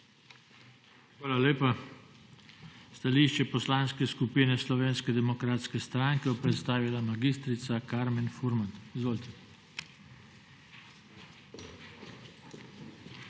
Hvala lepa. Stališče Poslanske skupine Slovenske demokratske stranke bo predstavila mag. Karmen Furman. Izvolite.